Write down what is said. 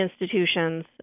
institutions